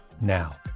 now